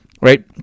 right